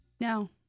No